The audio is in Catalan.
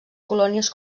colònies